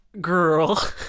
girl